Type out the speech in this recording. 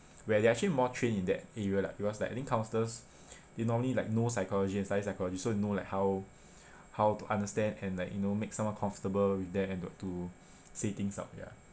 where they are actually more trained in that area lah because like I think counsellors they normally like know psychology and study psychology so they know like how how to understand and like you know make someone comfortable with them and got to say things out ya